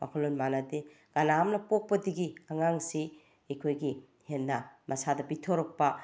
ꯋꯥꯈꯜꯂꯣꯟ ꯃꯥꯅꯗꯦ ꯀꯅꯥ ꯑꯝꯅ ꯄꯣꯛꯄꯗꯒꯤ ꯑꯉꯥꯡꯁꯤ ꯑꯩꯈꯣꯏꯒꯤ ꯍꯦꯟꯅ ꯃꯁꯥꯗ ꯄꯤꯊꯣꯔꯛꯄ